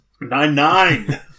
Nine-Nine